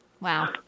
Wow